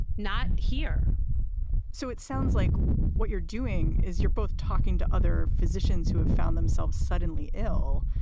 not here so it sounds like what you're doing is you're both talking to other physicians who have found themselves suddenly ill,